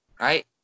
Right